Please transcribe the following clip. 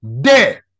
Dead